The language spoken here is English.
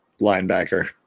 linebacker